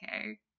okay